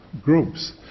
groups